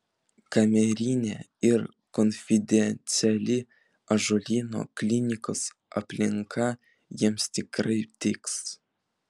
kamerinė ir konfidenciali ąžuolyno klinikos aplinka jiems tikrai tiks